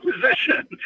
position